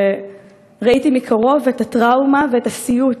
וראיתי מקרוב את הטראומה ואת הסיוט